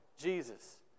Jesus